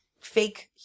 fake